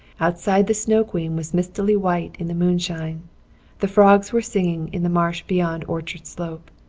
outside the snow queen was mistily white in the moonshine the frogs were singing in the marsh beyond orchard slope.